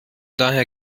daher